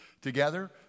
together